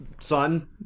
son